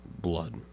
blood